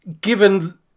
given